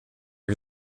are